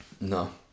No